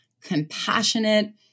compassionate